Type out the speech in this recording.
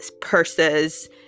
purses